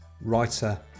writer